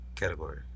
Category